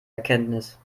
erkenntnis